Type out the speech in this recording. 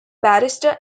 barrister